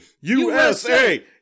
USA